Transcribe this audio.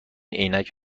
عینک